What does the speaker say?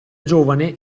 giovane